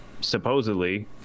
supposedly